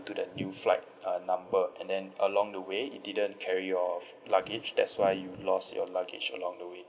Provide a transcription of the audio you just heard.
to the new flight uh number and then along the way it didn't carry your f~ luggage that's why you lost your luggage along the way